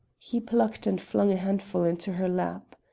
he plucked and flung a handful into her lap.